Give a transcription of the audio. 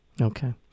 Okay